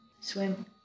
swim